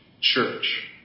church